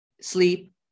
sleep